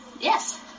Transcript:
yes